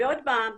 ועוד פעם,